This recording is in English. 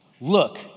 Look